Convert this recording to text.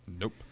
Nope